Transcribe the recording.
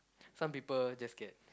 some people just get